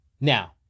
Now